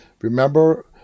Remember